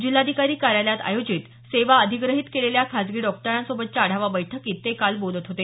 जिल्हाधिकारी कार्यालयात आयोजित सेवा अधिग्रहित केलेल्या खाजगी डॉक्टरांसोबतच्या आढावा बैठकीत ते काल बोलत होते